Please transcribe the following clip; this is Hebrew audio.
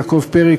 יעקב פרי,